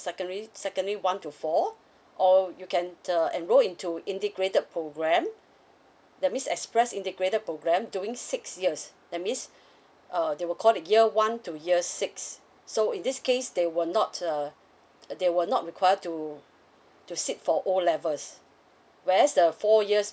secondary secondary one to four or you can enter enrol into integrated program that means express integrated program doing six years that means uh they will call the year one to year six so in this case they will not uh they will not require to to sit for O level is where's the four years